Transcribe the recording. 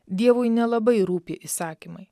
dievui nelabai rūpi įsakymai